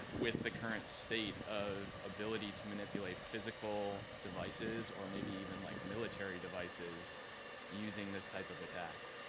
with the current state of ability to manipulate physical devices, or maybe even like military devices using this type of attack?